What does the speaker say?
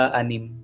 anim